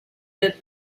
bit